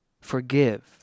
forgive